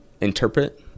interpret